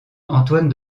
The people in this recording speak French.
antoine